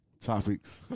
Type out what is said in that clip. topics